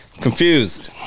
confused